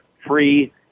free